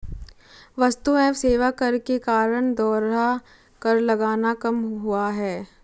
वस्तु एवं सेवा कर के कारण दोहरा कर लगना कम हुआ है